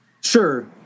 Sure